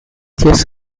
diez